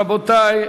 רבותי,